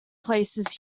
places